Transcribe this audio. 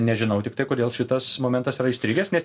nežinau tiktai kodėl šitas momentas yra įstrigęs nes